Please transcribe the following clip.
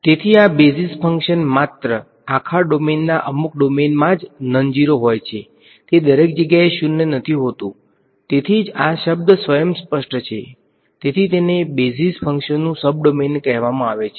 તેથી આ basis function માત્ર આખા ડોમેનના અમુક ડોમેનમાં જ નોન ઝીરો હોય છે તે દરેક જગ્યાએ શૂન્ય નથી હોતું તેથી જ આ શબ્દ સ્વંસ્પષ્ટ છે તેથી તેને બેઝિસ ફંક્શન નુ સબડોમેન કહેવામાં આવે છે